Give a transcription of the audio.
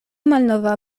malnova